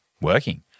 working